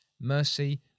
mercy